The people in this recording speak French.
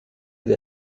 aide